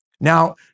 Now